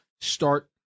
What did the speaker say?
start